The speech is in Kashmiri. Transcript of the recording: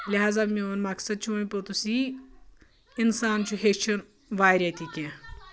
لحاظہ میون مقصد چھُ وۄنۍ پوٚتُس یی اِنسان چھُ ہیٚچھان واریاہ تہِ کینٛہہ